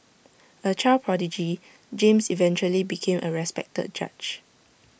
A child prodigy James eventually became A respected judge